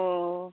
অঁ